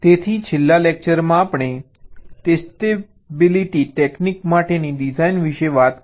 તેથી છેલ્લા લેક્ચરમાં આપણે ટેસ્ટેબિલિટી ટેકનિક માટેની ડિઝાઇન વિશે વાત કરી